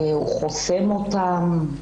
הוא חוסם אותם.